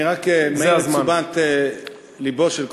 אני רק מעיר את תשומת לבו של כבודו,